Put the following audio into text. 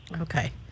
Okay